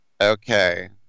Okay